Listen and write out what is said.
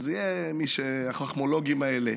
אז יהיו את החוכמולוגים האלה: